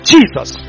Jesus